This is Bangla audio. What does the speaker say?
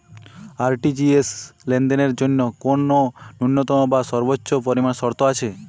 আর.টি.জি.এস লেনদেনের জন্য কোন ন্যূনতম বা সর্বোচ্চ পরিমাণ শর্ত আছে?